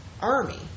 army